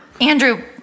Andrew